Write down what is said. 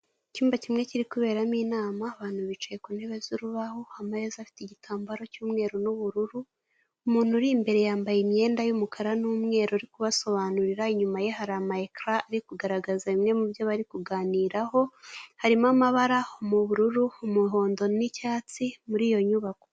Icyumba kimwe kiri kuberamo inama, abantu bicaye ku ntebe z'urubaho, ameza afite igitambaro cy'umweru n'ubururu. Umuntu uri imbere yambaye imyenda y'umukara n'umweru ari kubasobanurira, inyuma ye hari ama ekara ari kugaragaza bimwe mu byo bari kuganiraho, harimo amabara mu bururu, umuhondo, n'icyatsi muri iyo nyubako.